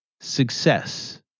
success